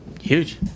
Huge